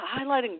highlighting